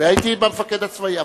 והייתי עם המפקד הצבאי.